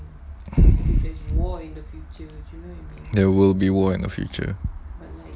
there will be war in the future